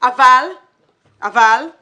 אבל אני